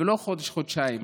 ולא חודש-חודשיים.